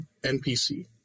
NPC